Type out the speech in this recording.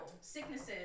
sicknesses